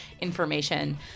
information